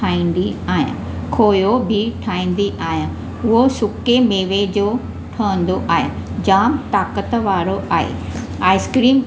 ठाहींदी आहियां खोयो बि ठाहींदी आहियां उहो सुके मेवे जो ठवंदो आहे जाम ताक़त वारो आहे आइस्क्रीम